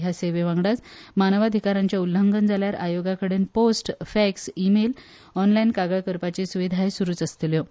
ह्या सेवेवांगडाच मानवाधीकारांचे उलंघन जाल्यार आयोगाकडेन post fax email online कागाळ करपाची सुवीधा सुरूच आसतल्यो